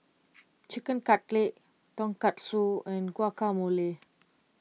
Chicken Cutlet Tonkatsu and Guacamole